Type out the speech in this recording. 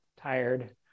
tired